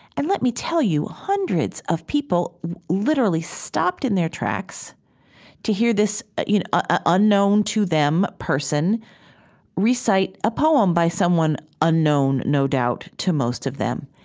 and let me tell you, hundreds of people literally stopped in their tracks to hear this you know ah unknown to them person recite a poem by someone unknown no doubt to most of them.